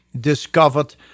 discovered